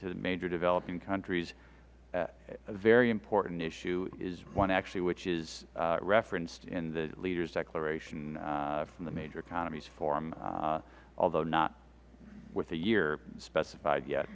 to the major developing countries a very important issue is one actually which is referenced in the leader's declaration from the major economies forum although not with the year specified yet